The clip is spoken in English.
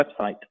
website